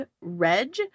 Reg